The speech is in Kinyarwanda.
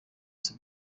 byose